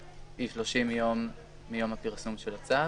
היא 30 יום מיום פרסום הצו.